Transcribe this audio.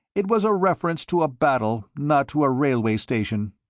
it was a reference to a battle, not to a railway station.